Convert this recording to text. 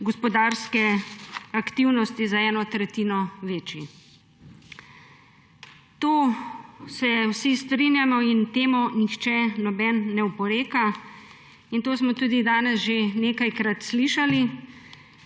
gospodarske aktivnosti za eno tretjino večji. O tem se vsi strinjamo in temu nihče ne oporeka in to smo tudi danes že nekajkrat slišali.